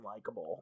unlikable